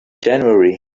january